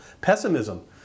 Pessimism